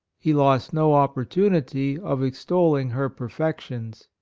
he lost no opportunity of extolling her perfections.